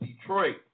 Detroit